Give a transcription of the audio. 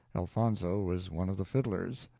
elfonzo was one of the fiddlers.